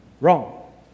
Wrong